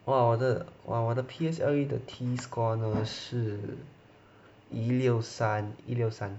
!wah! 我的 !wah! 我的 P_S_L_E 的 T score 那么是一六三一六三